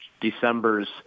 December's